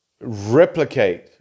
replicate